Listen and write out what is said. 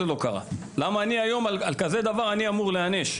למה היום על כזה דבר אני אמור להיענש.